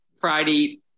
Friday